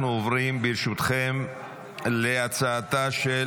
אנחנו עוברים, ברשותכם, להצעתה של